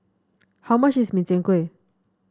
how much is Min Chiang Kueh